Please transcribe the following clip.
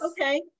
okay